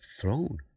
throne